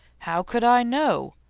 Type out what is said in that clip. how could i know?